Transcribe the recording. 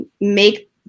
make